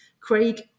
Craig